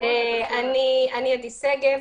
אני עדי שגב,